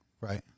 right